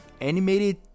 animated